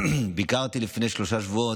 ביקרתי לפני שלושה שבועות,